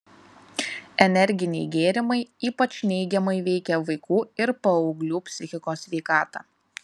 energiniai gėrimai ypač neigiamai veikia vaikų ir paauglių psichikos sveikatą